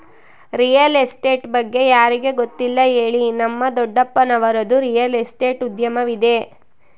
real estate ಬಗ್ಗೆ ಯಾರಿಗೆ ಗೊತ್ತಿಲ್ಲ ಹೇಳಿ, ನಮ್ಮ ದೊಡ್ಡಪ್ಪನವರದ್ದು ರಿಯಲ್ ಎಸ್ಟೇಟ್ ಉದ್ಯಮವಿದೆ